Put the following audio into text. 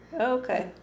Okay